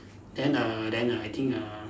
then err then err I think err